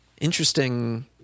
interesting